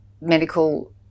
medical